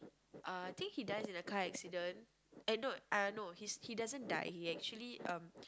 uh I think he dies in a car accident and no uh no he doesn't die he actually um